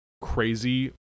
crazy